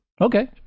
Okay